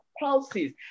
houses